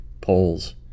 polls